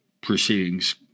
proceedings